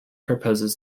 proposes